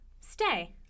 Stay